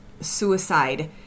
suicide